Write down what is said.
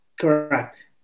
Correct